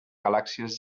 galàxies